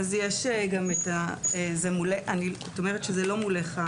את אומרת שזה לא מולך.